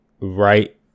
right